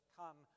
come